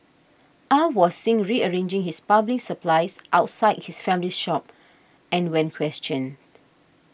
Aw was seen rearranging his plumbing supplies outside his family's shop and when questioned